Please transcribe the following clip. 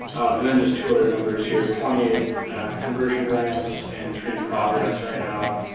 and then just two other numbers here. twenty eight conversion grants and three in progress right now,